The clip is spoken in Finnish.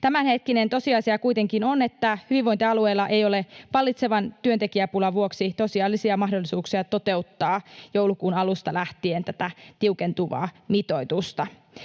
Tämänhetkinen tosiasia kuitenkin on, että hyvinvointialueilla ei ole vallitsevan työntekijäpulan vuoksi tosiasiallisia mahdollisuuksia toteuttaa joulukuun alusta lähtien tätä tiukentuvaa mitoitusta.